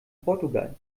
portugal